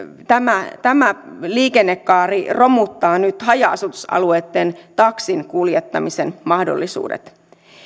tämä tämä liikennekaari romuttaa nyt haja asutusalueitten taksinkuljettamisen mahdollisuudet